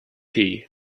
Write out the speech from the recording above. tea